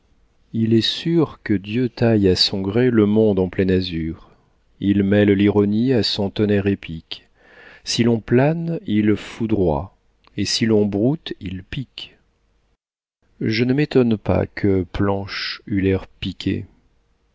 il est sûr que dieu taille à son gré le monde en plein azur il mêle l'ironie à son tonnerre épique si l'on plane il foudroie et si l'on broute il pique je ne m'étonne pas que planche eût l'air piqué